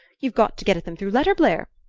you've got to get at them through letterblair.